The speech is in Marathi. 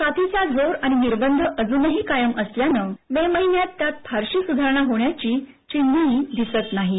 साथीचा जोर आणि निर्बंध अजूनही कायम असल्यानं मे महिन्यात त्यात फारशी सुधारणा होण्याची चिह्नही दिसत नाहीत